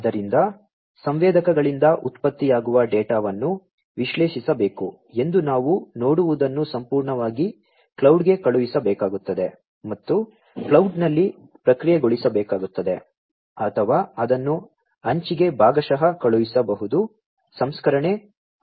ಆದ್ದರಿಂದ ಸಂವೇದಕಗಳಿಂದ ಉತ್ಪತ್ತಿಯಾಗುವ ಡೇಟಾವನ್ನು ವಿಶ್ಲೇಷಿಸಬೇಕು ಎಂದು ನಾವು ನೋಡುವದನ್ನು ಸಂಪೂರ್ಣವಾಗಿ ಕ್ಲೌಡ್ಗೆ ಕಳುಹಿಸಬೇಕಾಗುತ್ತದೆ ಮತ್ತು ಕ್ಲೌಡ್ನಲ್ಲಿ ಪ್ರಕ್ರಿಯೆಗೊಳಿಸಬೇಕಾಗುತ್ತದೆ ಅಥವಾ ಅದನ್ನು ಅಂಚಿಗೆ ಭಾಗಶಃ ಕಳುಹಿಸಬಹುದು ಸಂಸ್ಕರಣೆ ಅಂಚಿನಲ್ಲಿ ನಡೆಯುತ್ತದೆ